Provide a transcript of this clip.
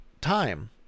time